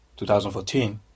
2014